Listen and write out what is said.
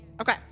okay